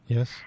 Yes